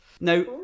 Now